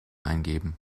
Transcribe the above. eingeben